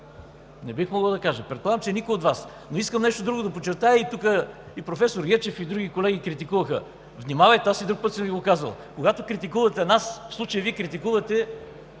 Не бих могъл да кажа, предполагам и никой от Вас. Но искам нещо друго да подчертая, което тук и професор Гечев, и други колеги критикуваха. Внимавайте, аз и друг път съм Ви го казвал: когато критикувате нас, в случая критикувате